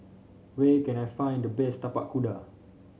where can I find the best Tapak Kuda